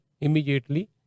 immediately